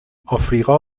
آفریقا